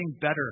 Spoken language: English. better